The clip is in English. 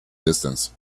distance